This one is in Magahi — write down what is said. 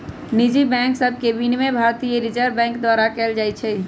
निजी बैंक सभके विनियमन भारतीय रिजर्व बैंक द्वारा कएल जाइ छइ